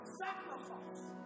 sacrifice